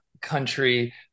country